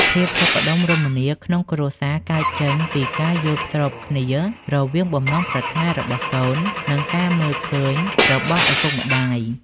ភាពសុខដុមរមនាក្នុងគ្រួសារកើតចេញពីការយល់ស្របគ្នា រវាងបំណងប្រាថ្នារបស់កូន និងការមើលឃើញរបស់ឪពុកម្ដាយ។